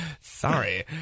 Sorry